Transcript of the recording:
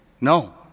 No